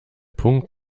punkt